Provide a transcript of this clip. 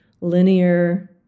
linear